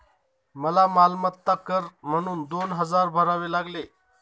मला मालमत्ता कर म्हणून दोन हजार भरावे लागले